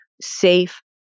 safe